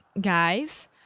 guys